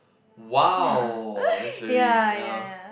!wow! that's very ya